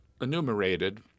enumerated